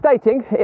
stating